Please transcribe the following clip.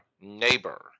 neighbor